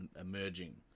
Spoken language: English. emerging